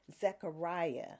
Zechariah